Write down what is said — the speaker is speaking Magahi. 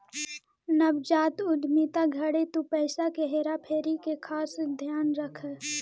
नवजात उद्यमिता घड़ी तु पईसा के हेरा फेरी के खास ध्यान रखीह